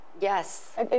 Yes